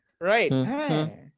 Right